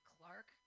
Clark